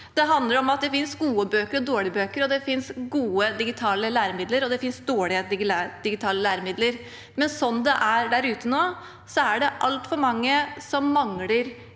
Det handler om at det finnes gode bøker og dårlige bøker og gode digitale læremidler og dårlige digitale læremidler. Men sånn det er der ute nå, er det altfor mange som mangler